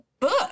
book